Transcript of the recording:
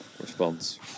response